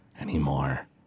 anymore